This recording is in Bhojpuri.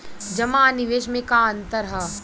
जमा आ निवेश में का अंतर ह?